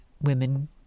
women